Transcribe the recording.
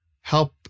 help